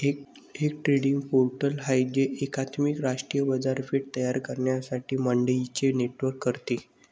एक trading portal आहे जे एकात्मिक राष्ट्रीय बाजारपेठ तयार करण्यासाठी मंडईंचे नेटवर्क करते